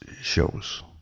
shows